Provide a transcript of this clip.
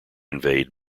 invade